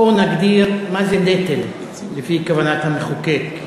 בואו נגדיר מה זה נטל לפי כוונת המחוקק.